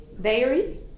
dairy